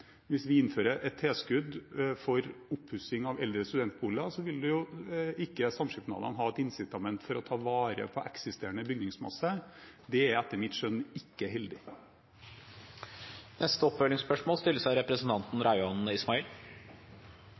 Hvis vi innfører et tilskudd for oppussing av eldre studentboliger, vil ikke samskipnadene ha et insitament for å ta vare på eksisterende bygningsmasse. Det er etter mitt skjønn ikke heldig. Rauand Ismail – til oppfølgingsspørsmål.